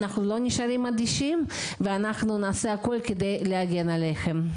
אנחנו לא נשארים אדישים ונעשה הכל כדי להגן עליכם.